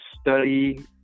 study